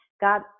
God